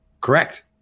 Correct